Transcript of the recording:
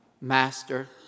master